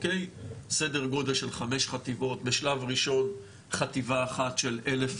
סדר גודל של חמש חטיבות בשלב ראשון חטיבה אחת של אלף